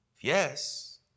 Yes